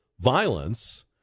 violence